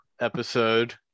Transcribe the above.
episode